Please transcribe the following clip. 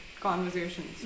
conversations